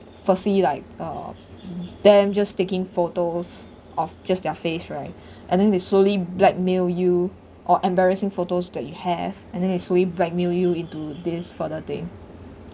firstly like uh them just taking photos of just their face right and then they slowly blackmail you or embarrassing photos that you have and then they slowly blackmail you into this photo thing